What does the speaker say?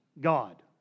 God